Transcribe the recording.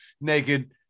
naked